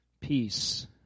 peace